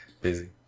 busy